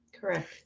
Correct